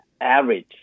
average